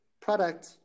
product